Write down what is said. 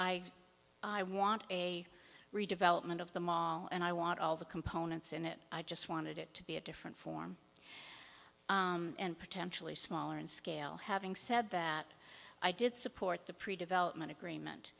i i want a redevelopment of the mall and i want all the components in it i just wanted it to be a different form and potentially smaller in scale having said that i did support the predevelopment agreement